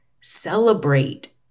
celebrate